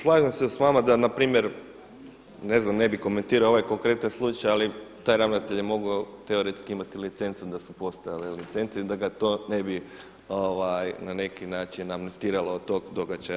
Slažem se s vama da na primjer, ne znam ne bi komentirao ovaj konkretan slučaj, ali taj ravnatelj će mogao teoretski imati licencu da su postojale licence i da ga to ne bi na neki način amnestiralo od tog događaja.